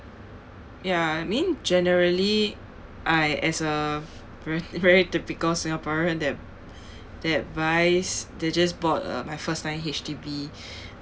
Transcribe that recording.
ya I mean generally I as a ver~ very typical singaporean that that buys that just bought a my first time H_D_B